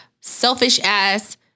selfish-ass